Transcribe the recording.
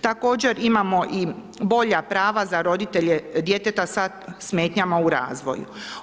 Također imamo i bolja prava za roditelje djeteta sa smetnjama u razvoju.